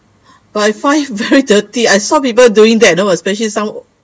but I find it very dirty I saw people doing that you know especially some